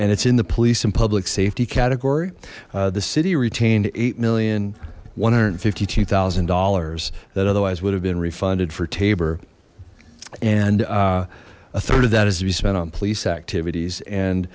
it's in the police in public safety category the city retained eight million one hundred fifty two thousand dollars that otherwise would have been refunded for tabor and a third of that is to be spent on police activities and